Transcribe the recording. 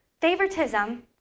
Favoritism